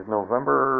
November